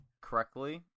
Correctly